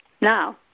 Now